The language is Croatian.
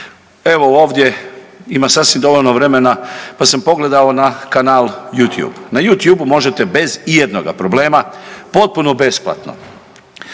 Evo ovdje ima sasvim dovoljno vremena pa sam pogledao na kanal Youtube, na Youtube možete bez ijednoga problema potpuno besplatno